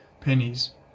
pennies